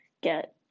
get